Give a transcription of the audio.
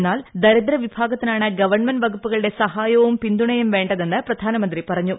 എ്ന്നാൽ ദരിദ്രവിഭാഗത്തിനാണ് ഗവൺമെന്റ് വികുപ്പുകളുടെ സഹായവും പിന്തുണയും വേ തെന്നും പ്രിയാനമന്ത്രി പറഞ്ഞു